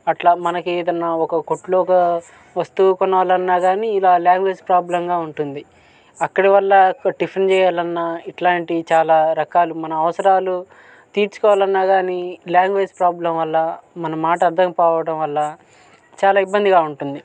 అలా మనకు ఏదైనా ఒక కొట్టులో ఒక వస్తువు కొనాలన్నా కాని ఇలా లాంగ్వేజ్ ప్రాబ్లంగా ఉంటుంది అక్కడివల్ల టిఫిన్ చేయాలన్న ఇలాంటి చాలా రకాలు మన అవసరాలు తీర్చుకోవాలన్నా కాని లాంగ్వేజ్ ప్రాబ్లం వల్ల మన మాట అర్థం కాకపోవటం వల్ల చాలా ఇబ్బందిగా ఉంటుంది